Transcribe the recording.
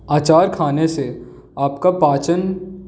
अचार खाने से आपका पाचन